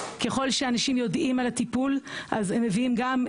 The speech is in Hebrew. ככל שאנשים יודעים על הטיפול אז הם מביאים גם,